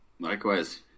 Likewise